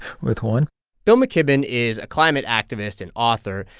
with one bill mckibben is a climate activist and author.